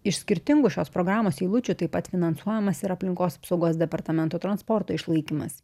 iš skirtingų šios programos eilučių taip pat finansuojamas ir aplinkos apsaugos departamento transporto išlaikymas